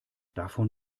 davon